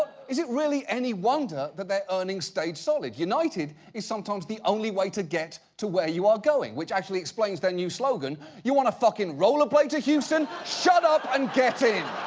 is it really any wonder that their earnings stayed solid. united, is sometimes the only way to get to where you are going. which actually explains their new slogan, you wanna fuckin' roller blade to houston? shut up and get in!